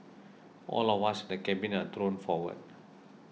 all of us in the cabin are thrown forward